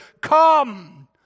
come